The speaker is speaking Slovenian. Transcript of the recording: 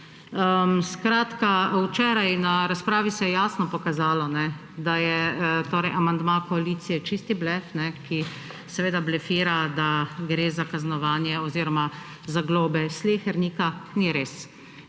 Včeraj se je na razpravi jasno pokazalo, da je amandma koalicije čisti blef, ki blefira, da gre za kaznovanje oziroma za globe slehernika. Ni res,